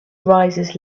rises